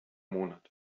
monat